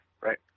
right